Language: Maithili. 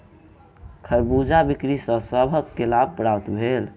खरबूजा बिक्री सॅ सभ के लाभ प्राप्त भेल